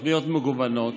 אתה שמעת פה תוכניות מגוונות.